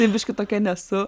tai biškį tokia nesu